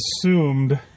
assumed